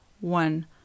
one